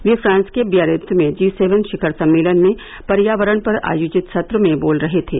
वे France के Biarritz में G seven शिखर सम्मेलन में पर्यावरण पर आयोजित सत्र में बोल रहे थे